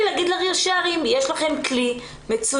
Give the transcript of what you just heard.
להגיד לראשי הערים יש לכם כלי מצוין,